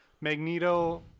Magneto